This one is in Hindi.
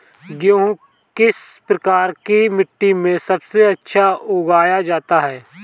गेहूँ किस प्रकार की मिट्टी में सबसे अच्छा उगाया जाता है?